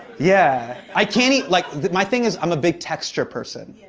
yeah. i can't eat, like my thing is i'm a big texture person.